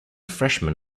freshman